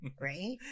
right